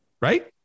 Right